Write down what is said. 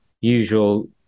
usual